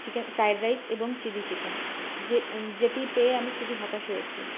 chicken fried rice এবং chilli chicken যেটি পেয়ে আমি খুবই হতাশ হয়েছি